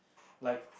like